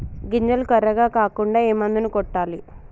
గింజలు కర్రెగ కాకుండా ఏ మందును కొట్టాలి?